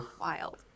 Wild